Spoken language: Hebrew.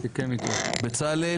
בצלאל